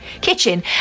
kitchen